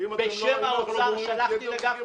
בשם האוצר שלחתי לגפני